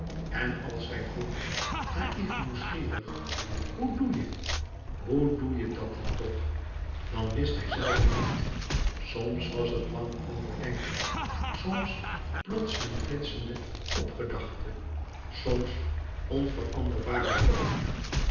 en als zij vroegen naïf nieuwslouis couperus metamorfoze gierig hoe doe je hoe doe je dat dan toch dan wist hij zelve niet soms was het lang overdenken soms plotseling flitsende pgedachte soms onveranderbare logica